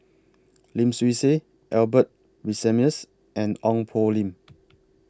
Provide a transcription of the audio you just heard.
Lim Swee Say Albert Winsemius and Ong Poh Lim